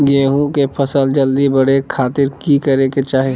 गेहूं के फसल जल्दी बड़े खातिर की करे के चाही?